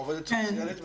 עובדת סוציאלית,